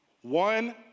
One